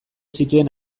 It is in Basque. zituen